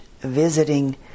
visiting